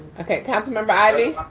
okay, council member ivey.